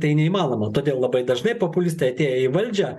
tai neįmanoma todėl labai dažnai populistai atėję į valdžią